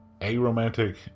aromantic